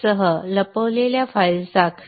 सह लपवलेल्या फाइल्स दाखवेल